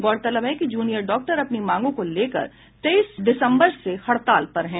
गौरतलब है कि जूनियर डॉक्टर अपनी मांगों को लेकर तेईस दिसम्बर से हड़ताल पर हैं